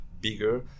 bigger